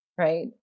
Right